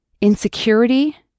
Insecurity